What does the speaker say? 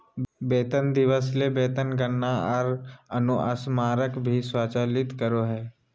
वेतन दिवस ले वेतन गणना आर अनुस्मारक भी स्वचालित करो हइ